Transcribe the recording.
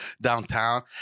Downtown